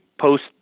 post